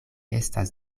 estas